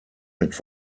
mit